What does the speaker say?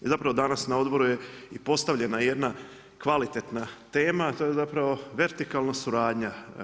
I zapravo danas na odboru je i postavljena jedna kvalitetna tema, to je zapravo vertikalna suradnja.